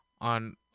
On